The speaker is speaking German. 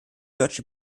deutsche